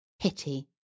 Pity